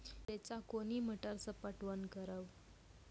रेचा कोनी मोटर सऽ पटवन करव?